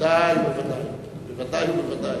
בוודאי ובוודאי.